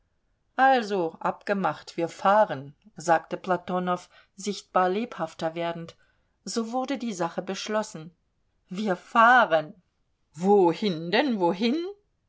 also abgemacht wir fahren sagte platonow sichtbar lebhafter werdend so wurde die sache beschlossen wir fahren wohin denn wohin